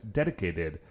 dedicated